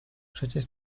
przecież